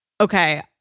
okay